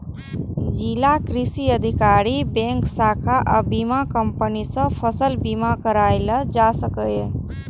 जिलाक कृषि अधिकारी, बैंकक शाखा आ बीमा कंपनी सं फसल बीमा कराएल जा सकैए